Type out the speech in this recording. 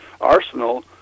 arsenal